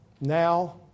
now